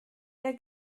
der